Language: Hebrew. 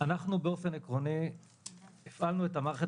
אנחנו באופן עקרוני הפעלנו את המערכת